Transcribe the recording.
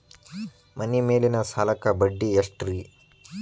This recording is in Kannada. ಮನಿ ಮೇಲಿನ ಸಾಲಕ್ಕ ಬಡ್ಡಿ ಎಷ್ಟ್ರಿ?